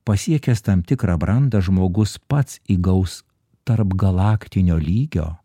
pasiekęs tam tikrą brandą žmogus pats įgaus tarpgalaktinio lygio